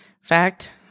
fact